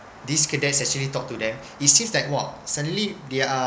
these cadets actually talk to them it seems like !wah! suddenly they are